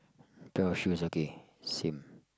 pair of shoes okay same